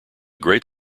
great